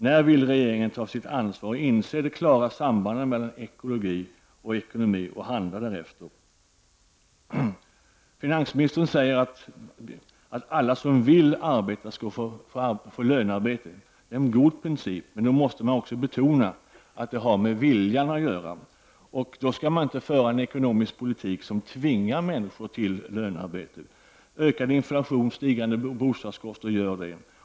När vill regeringen ta sitt ansvar, inse det klara sambandet mellan ekologi och ekonomi samt handla därefter? Finansministern säger att alla som vill arbeta skall få lönearbete. Det är en god princip, men då måste man också betona att det har med viljan att göra. Då skall man inte föra en ekonomisk politik som tvingar människor till lönearbete. Men så blir fallet med ökad inflation och stigande bostadskostnader.